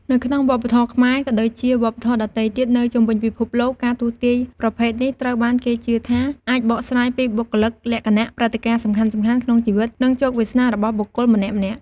នៅក្នុងវប្បធម៌ខ្មែរ ក៏ដូចជាវប្បធម៌ដទៃទៀតនៅជុំវិញពិភពលោក ការទស្សន៍ទាយប្រភេទនេះត្រូវបានគេជឿថាអាចបកស្រាយពីបុគ្គលិកលក្ខណៈ ព្រឹត្តិការណ៍សំខាន់ៗក្នុងជីវិត និងជោគវាសនារបស់បុគ្គលម្នាក់ៗ។